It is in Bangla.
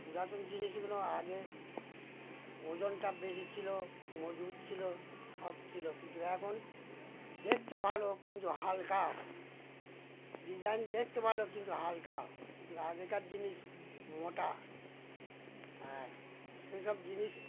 পুরাতন জিনিসগুলো আগে ওজনটা বেশি ছিল মজবুত ছিল সব ছিল কিন্তু এখন দেখতে ভালো কিন্তু হালকাও ডিজাইন দেখতে ভালো কিন্তু হালকা কিন্তু আগেকার জিনিস মোটা আর সে সব জিনিস